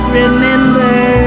remember